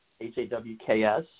H-A-W-K-S